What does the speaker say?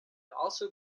also